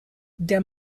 der